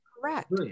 Correct